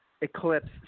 eclipse